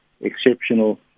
exceptional